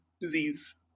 disease